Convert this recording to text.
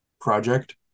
project